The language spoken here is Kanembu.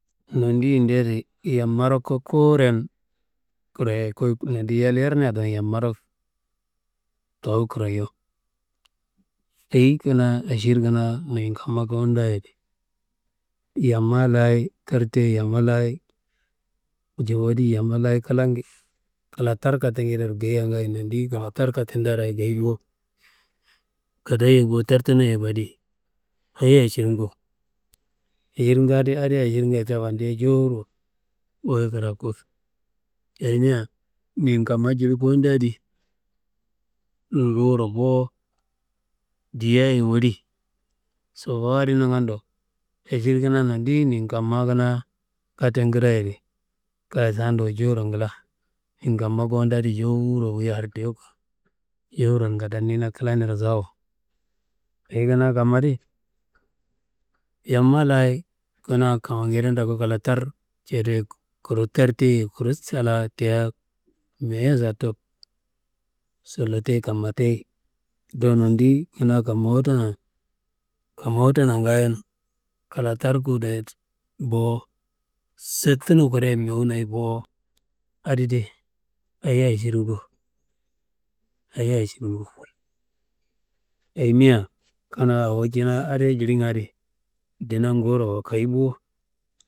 Nondi yindia adi yamaro ku kuwuren kereyo, ku nondi yal yernea daan yammaro towu kereyo. Ayi kanaa ašir kanaa nun kamma kowudaye adi? Yamma layi tartei, yamma layi jewadi, yamma layi kla tar klangedearo ngayi ngaayo, nondi kla tar kattedearo ngayi bo, gado ye bo tartuno ye bo adi, ayi aširngu? Aširnga adi, adi širnga fandia ca jowuro wuyi keraku, ayimia nin kamma jil kowundaa adi ngufuro bo diaye woli, sobowu adi nangando, ašir kanaa nondi nun kamma kanaa katten kedoya adi kayi sanduwa jowuro ngla, nin kamma kowunda adi wuyi jewuro hardiwuku, jowuro ngidanina klaniro zaawu. Dayi kanaa kamma di, yamma layi kanaa jamangede toku kla tar cede kuru tarteye kuru saa la tea meyo zatto sollotei kammatei, do nondi kanaa kammawutuna kammawutonan ngayan kla tar kuwudo ye bo settuno kure mewuno ye bo adidi ayi aširngu? Ayimia kanaa awo adiye jilinga adi ndinan nguwuro wakayi bo